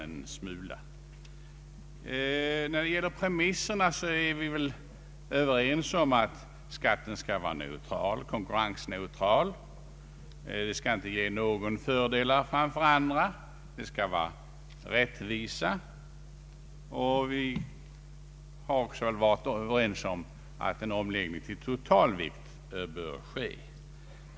Vi är överens om att skatten skall vara konkurrensneutral och att den inte skall ge någon fördelar framför andra. Vi är också överens om att en omläggning till totalvikt bör ske.